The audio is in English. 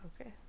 Okay